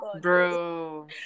Bro